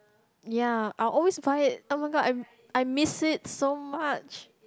ya I always buy it oh-my-god I I miss it so much